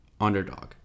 underdog